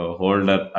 holder